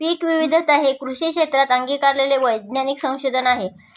पीकविविधता हे कृषी क्षेत्रात अंगीकारलेले वैज्ञानिक संशोधन आहे